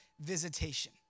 visitation